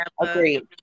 Agreed